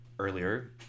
earlier